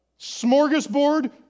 Smorgasbord